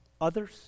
others